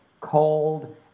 cold